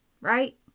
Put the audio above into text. right